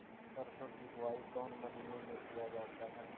सरसो की बोआई कौन महीने में किया जाता है?